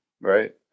right